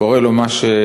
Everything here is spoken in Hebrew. קורה לו מה שקורה.